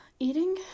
Eating